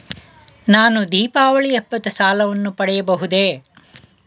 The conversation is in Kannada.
ನಾನು ದೀಪಾವಳಿ ಹಬ್ಬದ ಸಾಲವನ್ನು ಪಡೆಯಬಹುದೇ?